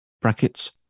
Brackets